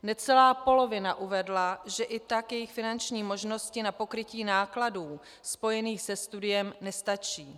Necelá polovina uvedla, že i tak jejich finanční možnosti na pokrytí nákladů spojených se studiem nestačí.